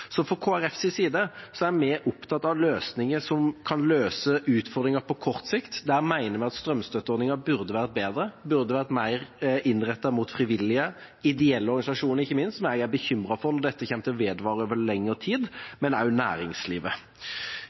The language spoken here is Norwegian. Så fra Kristelig Folkepartis side er vi opptatt av løsninger som kan løse utfordringer på kort sikt. Der mener vi at strømstøtteordningen burde ha vært bedre, den burde ha vært mer innrettet mot frivillige – ideelle organisasjoner, ikke minst, som jeg er bekymret for hvis dette kommer til å vedvare over lengre tid – men også mot næringslivet.